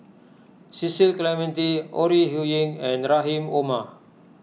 Cecil Clementi Ore Huiying and Rahim Omar